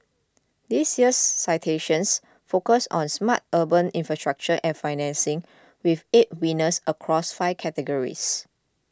this year's citations focus on smart urban infrastructure and financing with eight winners across five categories